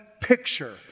picture